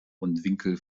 winkel